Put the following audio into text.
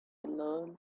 learned